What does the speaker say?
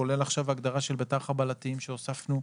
כולל עכשיו ההגדרה של בתר-חבלתיים שהוספנו.